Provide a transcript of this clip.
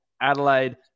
Adelaide